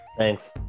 Thanks